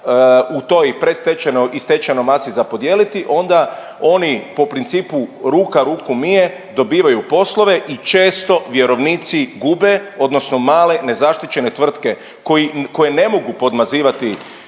u toj predstečajnoj i stečajnoj masi za podijeliti onda oni po principu ruka ruku mije dobivaju poslove i često vjerovnici gube odnosno male nezaštićene tvrtke koji, koje ne mogu podmazivati